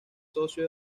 socio